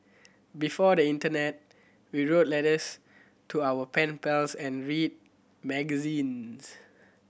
before the internet we wrote letters to our pen pals and read magazines